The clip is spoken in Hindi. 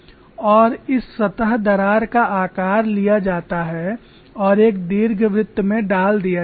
और इस सतह दरार का आकार लिया जाता है और एक दीर्घवृत्त में डाल दिया जाता है